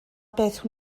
beth